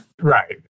Right